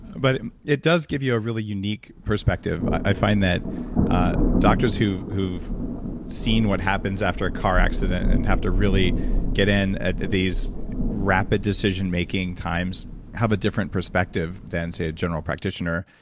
but it does give you a really unique perspective, i find that doctors who've who've seen what happens after a car accident and have to really get in at these rapid decision-making times have a different perspective than to a general practitioner.